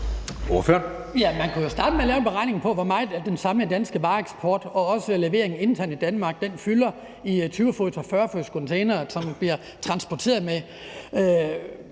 Man kunne jo starte med at lave en beregning af, hvor meget af den samlede danske vareeksport og levering internt i Danmark fylder i 20- og 40-fodscontainere, som bliver transporteret på